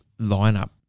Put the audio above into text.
lineup